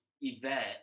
event